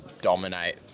dominate